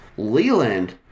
Leland